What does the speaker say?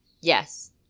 Yes